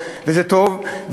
וזה טוב,